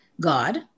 God